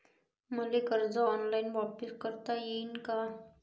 मले कर्ज ऑनलाईन वापिस करता येईन का?